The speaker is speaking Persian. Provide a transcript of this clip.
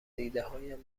ایدههایم